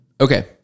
Okay